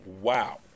Wow